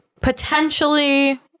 potentially